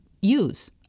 use